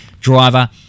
Driver